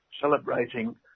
celebrating